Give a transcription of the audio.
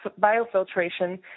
biofiltration